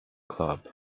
club